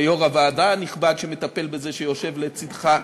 ויושב-ראש הוועדה הנכבד שמטפל בזה, שיושב לצדך,